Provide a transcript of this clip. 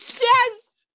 Yes